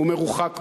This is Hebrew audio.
הוא מרוחק מאוד,